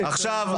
עכשיו,